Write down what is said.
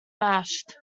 mashed